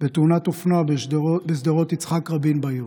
בתאונת אופנוע בשדרות יצחק רבין בעיר.